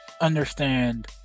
understand